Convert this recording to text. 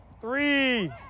Three